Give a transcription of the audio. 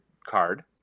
Card